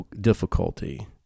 difficulty